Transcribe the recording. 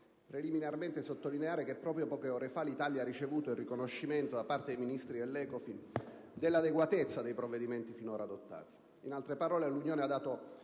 preliminarmente sottolineare che, proprio poche ore fa, l'Italia ha ricevuto il riconoscimento da parte dei Ministri dell'ECOFIN dell'adeguatezza dei provvedimenti finora adottati: in altre parole, l'Unione ha dato